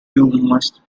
must